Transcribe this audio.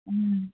ꯎꯝ